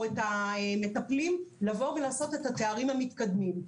את המטפלים לבוא ולעשות את התארים המתקדמים.